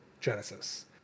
Genesis